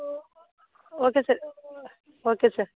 okay sir okay sir